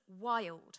wild